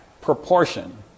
proportion